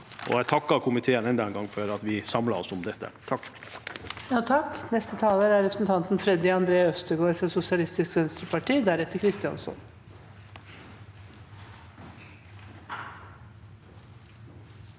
Jeg takker komiteen enda en gang for at vi samlet oss om dette.